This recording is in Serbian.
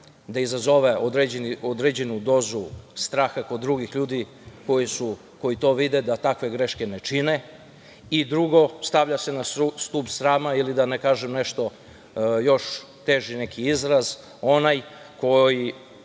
da izazove određenu dozu straha kod drugih ljudi koji to vide da takve greške ne čine i drugo, stavlja se na stub srama, ili da ne kažem još teži neki izraz, onaj čija